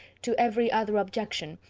to every other objection,